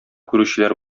күрүчеләр